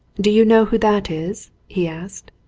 do you know who that is? he asked.